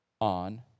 on